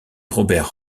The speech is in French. robert